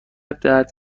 درد